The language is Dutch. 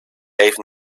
even